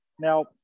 Now